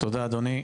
תודה, אדוני.